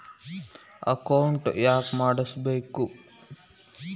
Account ಯಾಕ್ ಮಾಡಿಸಬೇಕು?